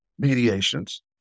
mediations